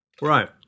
Right